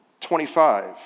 25